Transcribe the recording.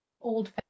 old